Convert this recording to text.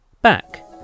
back